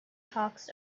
hawks